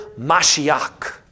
Mashiach